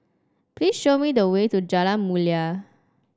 please show me the way to Jalan Mulia